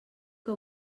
que